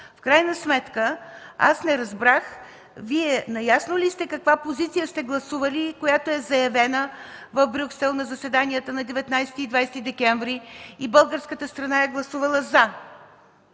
В крайна сметка не разбрах Вие наясно ли сте каква позиция сте гласували, която е заявена в Брюксел на заседанията на 19 и 20 декември 2013 г., и българската страна е гласувала „за”?